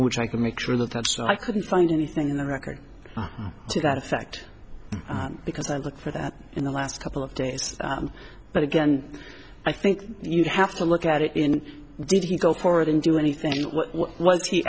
which i can make sure that so i couldn't find anything in the record to that effect because i look for that in the last couple of days but again i think you have to look at it in did he go forward and do anything what he